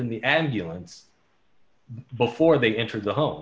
in the ambulance before they entered the home